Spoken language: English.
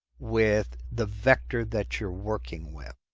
with the vector that you're working with.